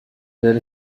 there